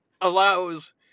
allows